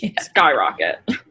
skyrocket